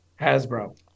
Hasbro